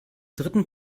dritten